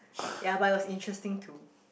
ya but it was interesting too